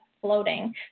Floating